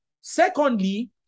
Secondly